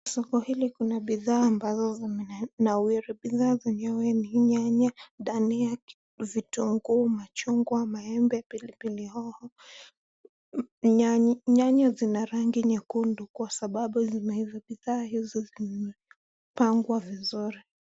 Soko hili kuna bidhaa ambazo zina nawiri, bidhaa zenywe ni nyanya, dhania, vitunguu, machungwa, maembe, pilpli hoho, nyanya zina rangi nyekundu kwa sababu zimeiva bidhaa hizo zimepangwa vizuri.